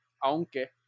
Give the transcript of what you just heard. aunque